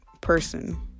person